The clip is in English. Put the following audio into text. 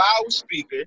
loudspeaker